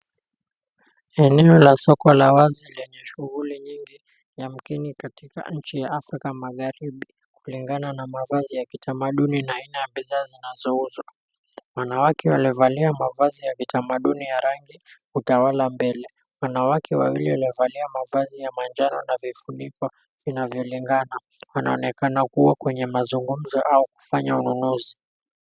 Eneo la soko la wazi lenye shughuli nyingi yamkini katika nchi ya Afrika magharibi kulingana na mavazi ya kitamduni na aina ya bidhaa zinazouzwa, wanawake waliovalia mavazi ya kitamaduni ya rangi utawala mbele, wanawake wawili waliovalia mavazi ya manjano na vifuniko vinavyolingana wanaonekana kuwa kwenye mazungumzo au kufanya ununuzi.